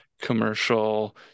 commercial